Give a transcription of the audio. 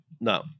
No